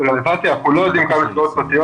אנחנו לא יודעים כמה מסגרות פרטיות,